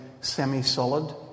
semi-solid